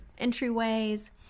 entryways